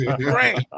great